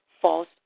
false